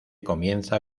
comienza